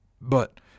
But